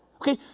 Okay